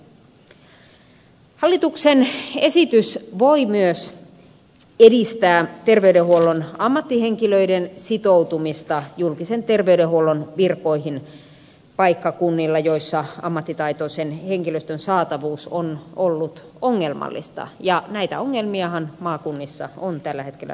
hallituksen esitys voi myös edistää terveydenhuollon ammattihenkilöiden sitoutumista julkisen terveydenhuollon virkoihin paikkakunnilla joilla ammattitaitoisen henkilöstön saatavuus on ollut ongelmallista ja näitä ongelmiahan maakunnissa on tällä hetkellä runsaasti